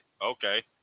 Okay